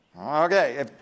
Okay